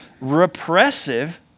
repressive